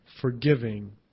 forgiving